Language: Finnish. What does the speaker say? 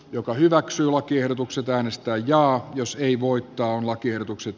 joka hyväksyy lakiehdotukset äänestää jaa jos ei voittoon lakiehdotukset